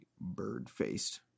bird-faced